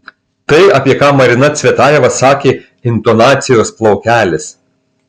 tai apie ką marina cvetajeva sakė intonacijos plaukelis